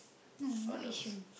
no not Yishun